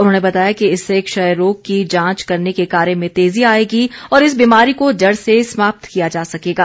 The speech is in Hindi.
उन्होंने बताया कि इससे क्षय रोग की जांच करने के कार्य में तेजी आएगी और इस बीमारी को जड़ से समाप्त किया जा सकेगा